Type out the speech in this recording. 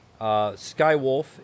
Skywolf